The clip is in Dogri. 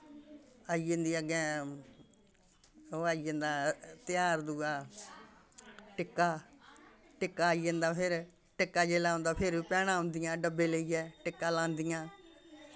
आई जंदी अग्गें ओह् आई जंदा तेहार दूआ टिक्का टिक्का आई जंदा फिर टिक्का जिल्लै औंदा फिर भैनां औंदियां डब्बे लेइयै टिक्का लांदियां